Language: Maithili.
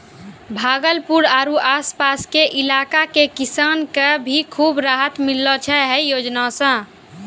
भागलपुर आरो आस पास के इलाका के किसान कॅ भी खूब राहत मिललो छै है योजना सॅ